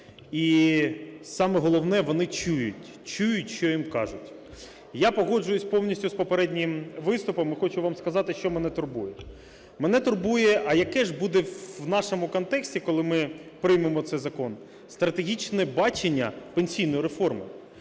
І саме головне, вони чують, чують, що їм кажуть. Я погоджуюся повністю з попереднім виступом і хочу вам сказати що мене турбує. Мене турбує, а яке ж буде у нашому контексті, коли ми приймемо цей закон, стратегічне бачення пенсійної реформи.